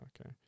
Okay